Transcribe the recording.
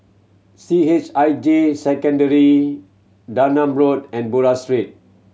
C H I J Secondary Darnam Road and Buroh Street